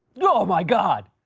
oh, my god!